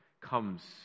comes